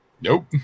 Nope